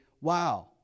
wow